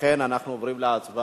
אם כן, אנחנו עוברים להצבעה.